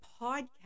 podcast